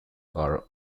are